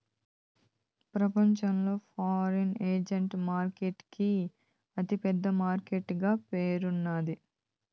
ప్రపంచంలో foreign exchange market కి అతి పెద్ద మార్కెట్ గా పేరున్నాది